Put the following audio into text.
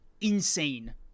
Insane